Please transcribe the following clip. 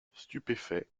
stupéfait